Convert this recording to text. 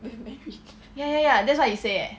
with merit